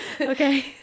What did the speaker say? okay